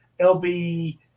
LB